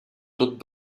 tot